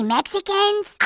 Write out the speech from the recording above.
Mexicans